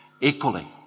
equally